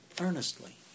earnestly